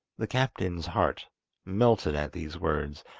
the captain's heart melted at these words,